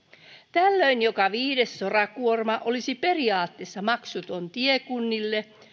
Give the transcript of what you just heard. tällöin joka viides sorakuorma olisi periaatteessa maksuton tiekunnille